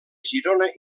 girona